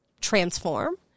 transform